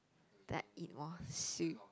then I eat more sweet